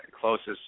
closest